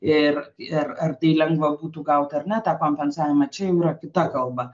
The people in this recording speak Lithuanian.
ir ar ar tai lengva būtų gauti ar ne tą kompensavimą čia jau yra kita kalba